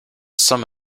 some